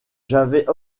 j’avais